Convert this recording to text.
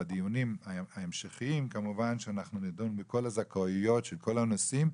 בדיונים ההמשכיים כמובן שאנחנו נדון בכל הזכאויות של כל הנושאי,